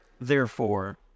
therefore